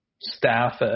staff